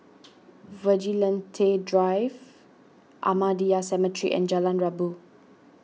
Vigilante Drive Ahmadiyya Cemetery and Jalan Rabu